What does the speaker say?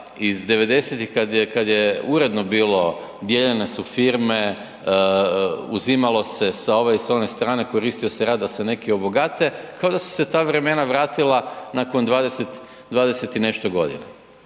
iz 90-ih kada je uredno bilo, dijeljene su firme, uzimalo se sa ove i one strane, koristio se rat da se neki obogate, kao da su se ta vremena vratila nakon 20 i nešto godina.